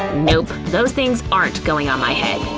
nope, those things aren't going on my head.